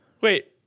Wait